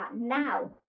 now